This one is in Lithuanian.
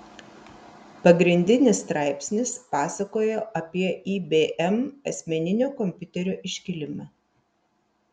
pagrindinis straipsnis pasakojo apie ibm asmeninio kompiuterio iškilimą